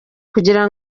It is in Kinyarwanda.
kugira